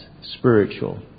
spiritual